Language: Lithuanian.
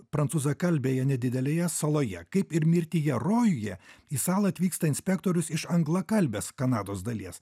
prancūzakalbėje nedidelėje saloje kaip ir mirtyje rojuje į salą atvyksta inspektorius iš anglakalbės kanados dalies